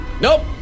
Nope